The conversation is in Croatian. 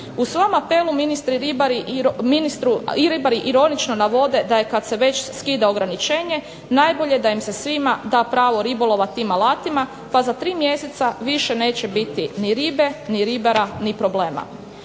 U svojem apelu ministru ribari ironično navode da je kad se već skida ograničenje najbolje da im se svima da pravo ribolova tim alatima, pa za tri mjeseca više neće biti ni ribe, ni ribara, ni problema.